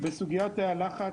בסוגיית תאי הלחץ